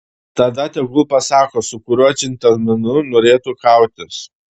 tada tegul pasako su kuriuo džentelmenu norėtų kautis